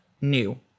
new